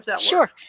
Sure